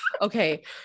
okay